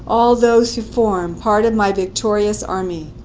all those who form part of my victorious army.